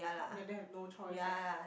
your dad have no choice ah